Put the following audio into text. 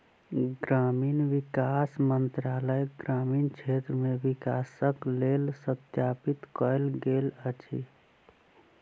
ग्रामीण विकास मंत्रालय ग्रामीण क्षेत्र मे विकासक लेल स्थापित कयल गेल अछि